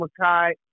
Makai